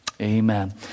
amen